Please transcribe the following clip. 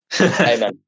Amen